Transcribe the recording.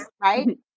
Right